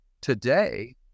today